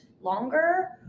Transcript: longer